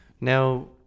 now